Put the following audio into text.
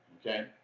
okay